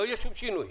לא יהיה שום שינוי.